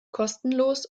kostenlos